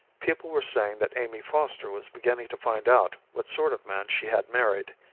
people were saying that amy foster was beginning to find out what sort of man she had married.